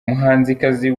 muhanzikazi